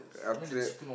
after that